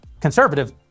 conservative